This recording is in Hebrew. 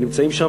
הם נמצאים שם.